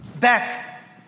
back